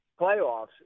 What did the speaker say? playoffs